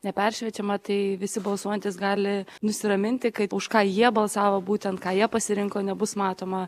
neperšviečiama tai visi balsuojantys gali nusiraminti kaip už ką jie balsavo būtent ką jie pasirinko nebus matoma